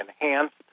enhanced